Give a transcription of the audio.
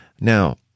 Now